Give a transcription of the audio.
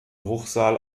bruchsal